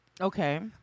Okay